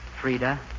Frida